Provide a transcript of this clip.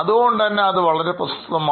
അതുകൊണ്ട് വളരെ പ്രശസ്തമായി